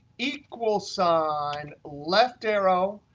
equal sign, left arrow,